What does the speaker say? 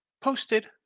posted